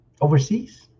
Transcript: overseas